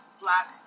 black